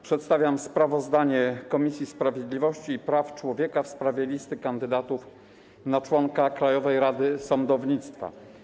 Przedstawiam sprawozdanie Komisji Sprawiedliwości i Praw Człowieka w sprawie listy kandydatów na członka Krajowej Rady Sądownictwa.